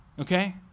okay